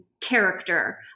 character